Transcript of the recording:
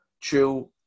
true